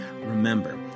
Remember